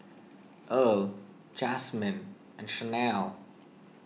Earl Jasmyne and Chanelle